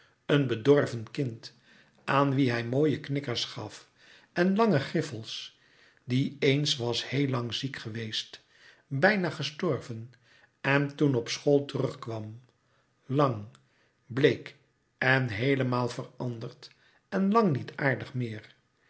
een bedorven kind aan wien hij mooie knikkers gaf en lange griffels die eens was heel lang ziek geweest bijna gestorven en toen op school terugkwam lang bleek en heelelouis couperus metamorfoze maal veranderd en lang niet aardig meer